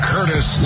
Curtis